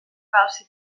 calci